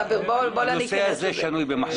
זה שנוי במחלוקת.